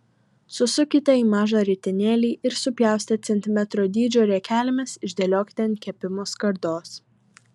susukite į mažą ritinėlį ir supjaustę centimetro dydžio riekelėmis išdėliokite ant kepimo skardos